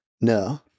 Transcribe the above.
No